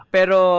Pero